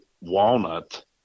walnut